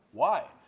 why?